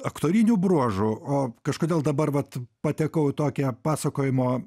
aktorinių bruožų o kažkodėl dabar vat patekau į tokią pasakojimo